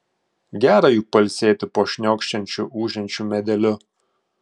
gera juk pailsėti po šniokščiančiu ūžiančiu medeliu